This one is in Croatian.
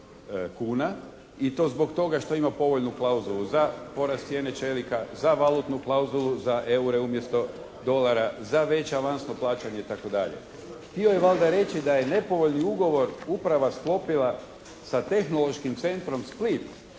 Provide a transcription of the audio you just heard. i to zbog toga što ima povoljnu klauzulu, za porast cijene čelika, za valutnu klauzulu, za eure umjesto dolara, za veće avansno plaćanje itd. Htio je valjda reći da je nepovoljni ugovor uprava sklopila sa Tehnološkim centrom Split,